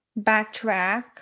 backtrack